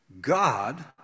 God